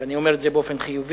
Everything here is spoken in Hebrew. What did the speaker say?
ואני אומר את זה באופן חיובי,